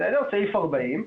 סעיף 40,